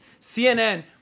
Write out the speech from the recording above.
CNN